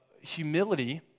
Humility